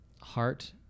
heart